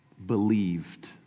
believed